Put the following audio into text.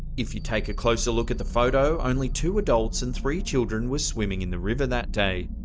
if you take a closer look at the photo, only two adults and three children were swimming in the river that day.